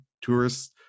tourists